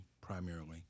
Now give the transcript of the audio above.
primarily